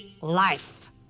life